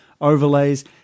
overlays